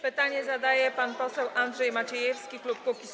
Pytanie zadaje pan poseł Andrzej Maciejewski, klub Kukiz’15.